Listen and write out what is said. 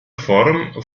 form